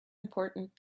important